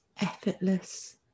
effortless